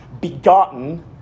begotten